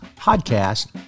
Podcast